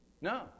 No